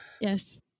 yes